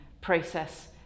process